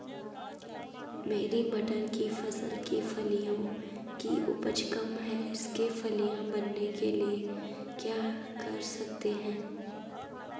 मेरी मटर की फसल की फलियों की उपज कम है इसके फलियां बनने के लिए क्या कर सकते हैं?